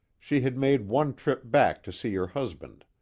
she had made one trip back to see her husband.